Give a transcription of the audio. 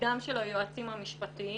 תפקידם של היועצים המשפטיים